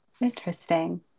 Interesting